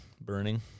Burning